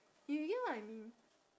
you get what I mean